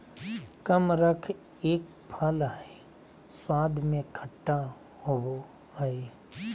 कमरख एक फल हई स्वाद में खट्टा होव हई